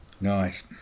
nice